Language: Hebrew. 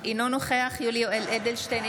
אינו נוכח יולי יואל אדלשטיין,